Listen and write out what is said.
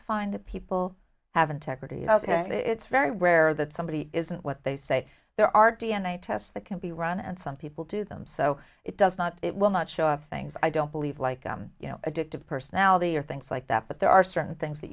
find that people have integrity and it's very rare that somebody isn't what they say there are d n a tests that can be run and some people do them so it does not it will not show things i don't believe like you know addictive personality or things like that but there are certain things that